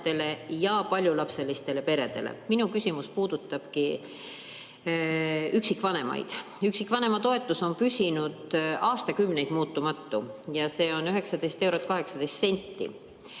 ja paljulapselistele peredele. Minu küsimus puudutabki üksikvanemaid. Üksikvanema toetus on püsinud aastakümneid muutumatu, see on 19 eurot 18 senti.